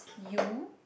U